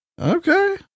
Okay